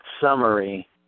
summary